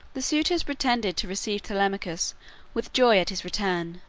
the suitors pretended to receive telemachus with joy at his return,